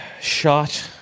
shot